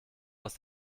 aus